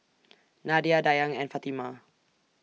Nadia Dayang and Fatimah